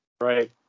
Right